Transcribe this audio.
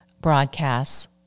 broadcasts